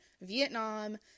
Vietnam